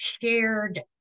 shared